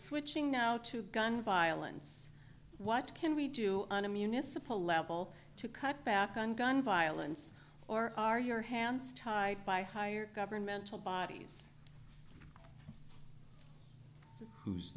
switching now to gun violence what can we do on a municipal level to cut back on gun violence or are your hands tied by higher governmental bodies who